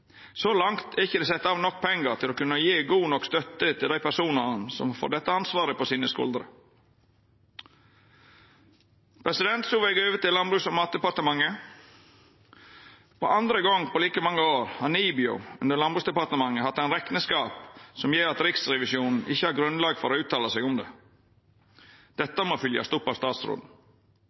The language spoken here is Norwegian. Så langt er det ikkje sett av nok pengar til å kunne gje god nok støtte til dei personane som får dette ansvaret på skuldrene sine. Så vil eg over til Landbruks- og matdepartementet. For andre gong på like mange år har NIBIO, under Landbruksdepartementet, hatt ein rekneskap som gjer at Riksrevisjonen ikkje har grunnlag for å uttala seg om det. Dette må følgjast opp av statsråden.